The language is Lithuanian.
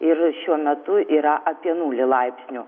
ir šiuo metu yra apie nulį laipsnių